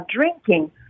drinking